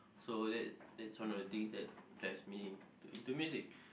so that's that's one of the things that drive me to music